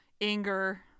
anger